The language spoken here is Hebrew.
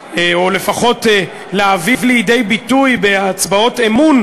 או לפחות להביא לידי ביטוי בהצבעות אמון